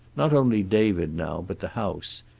not only david now, but the house.